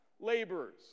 laborers